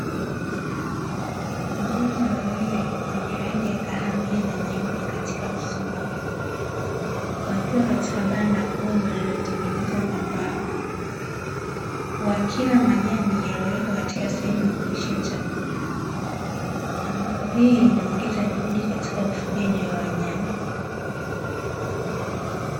Mbuzi wawili wenye rangi ya kahawia na nyeupe katika uso wao, wakiwa katika banda kubwa lililotengenezwa kwa mbao. Wakila majani yaliyowekwa katika sehemu ya kulishia chakula, ambapo hii inaongeza juhudi katika ufugaji wa wanyama.